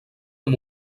amb